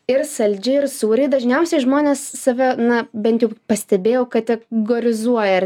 ir saldžiai ir sūriai dažniausiai žmonės save na bent jau pastebėjau kategorizuoja ir